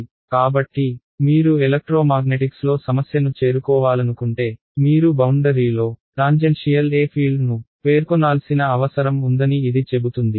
కాబట్టి మీరు ఎలక్ట్రోమాగ్నెటిక్స్లో సమస్యను చేరుకోవాలనుకుంటే మీరు బౌండరీలో టాంజెన్షియల్ E ఫీల్డ్ను పేర్కొనాల్సిన అవసరం ఉందని ఇది చెబుతుంది